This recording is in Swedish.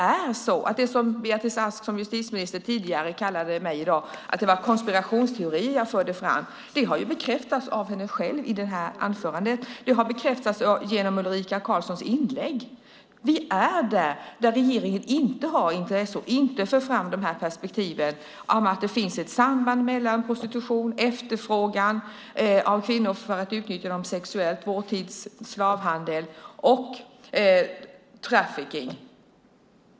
Justitieminister Beatrice Ask kallade det jag tidigare i dag förde fram för konspirationsteorier, men dessa har bekräftats av henne själv och av Ulrika Karlsson. Regeringen har inte intresse av att föra fram perspektivet att det finns ett samband mellan prostitution, efterfrågan på kvinnor för att utnyttja dem sexuellt och trafficking, vår tids slavhandel.